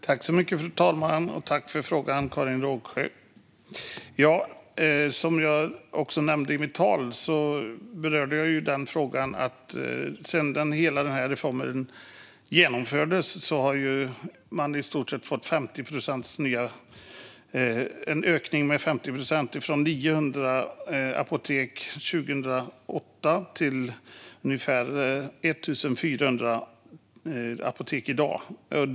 Fru talman! I mitt anförande berörde jag frågan om att sedan hela den här reformen genomfördes har man i stort sett fått en ökning med 50 procent av antalet apotek - från 900 år 2008 till ungefär 1 400 i dag.